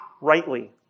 rightly